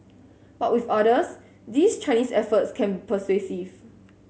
but with others these Chinese efforts can persuasive